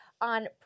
on